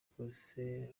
kose